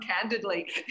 candidly